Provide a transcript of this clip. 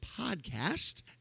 podcast